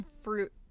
Fruit